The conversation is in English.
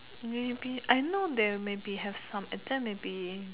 maybe I know there maybe have some attempt maybe